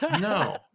No